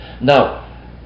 now